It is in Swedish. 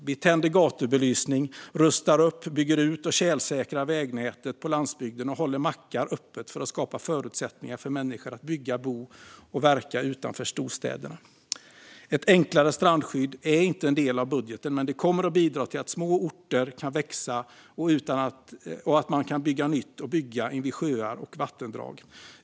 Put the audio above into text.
Vi tänder gatubelysning, rustar upp, bygger ut och tjälsäkrar vägnätet på landsbygden och håller mackar öppna för att skapa förutsättningar för människor att bygga, bo och verka utanför storstäderna. Ett enklare strandskydd är inte en del av budgeten, men det kommer att bidra till att små orter kan växa och att man kan bygga nytt och bygga invid sjöar och vattendrag.